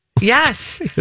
yes